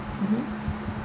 mmhmm